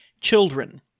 children